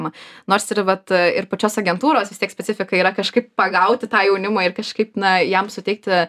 nors ir vat ir pačios agentūros vis tiek specifika yra kažkaip pagauti tą jaunimą ir kažkaip na jam suteikti